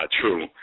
true